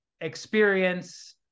experience